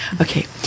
Okay